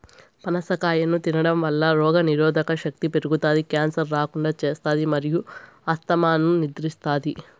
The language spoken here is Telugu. పనస కాయను తినడంవల్ల రోగనిరోధక శక్తి పెరుగుతాది, క్యాన్సర్ రాకుండా చేస్తాది మరియు ఆస్తమాను నియంత్రిస్తాది